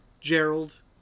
Gerald